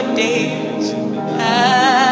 days